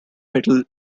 metal